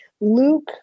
Luke